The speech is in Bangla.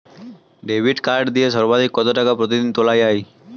ডেবিট কার্ড দিয়ে সর্বাধিক কত টাকা প্রতিদিন তোলা য়ায়?